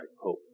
hope